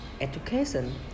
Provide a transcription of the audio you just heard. education